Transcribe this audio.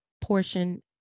portion